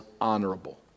honorable